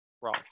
Wrong